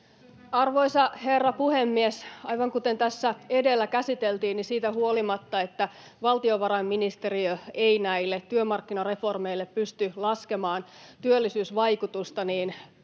Arvoisa herra puhemies! Aivan kuten tässä edellä käsiteltiin, niin siitä huolimatta, että valtiovarainministeriö ei näille työmarkkinareformeille pysty laskemaan työllisyysvaikutusta,